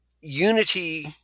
Unity